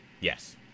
Yes